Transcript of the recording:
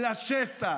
לשסע,